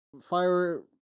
Fire